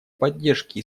поддержке